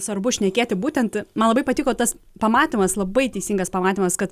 svarbu šnekėti būtent man labai patiko tas pamatymas labai teisingas pamatymas kad